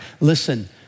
Listen